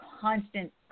constant